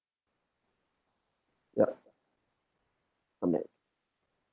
yup on that